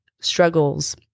struggles